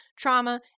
trauma